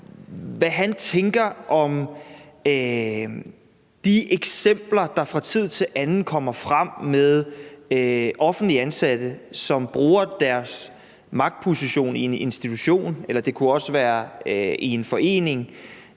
hvad han tænker om de eksempler, der fra tid til anden kommer frem på offentligt ansatte, som bruger deres magtposition i en institution, eller det kunne også være i en forening,